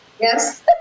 Yes